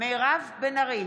מירב בן ארי,